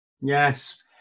Yes